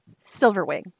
Silverwing